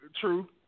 True